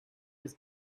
was